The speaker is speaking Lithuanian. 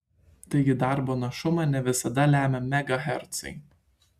taigi darbo našumą ne visada lemia megahercai